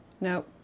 No